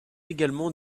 également